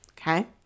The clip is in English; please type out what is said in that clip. Okay